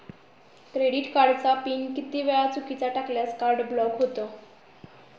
Credit कार्डचा PIN किती वेळा चुकीचा टाकल्यास कार्ड ब्लॉक होते?